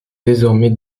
désormais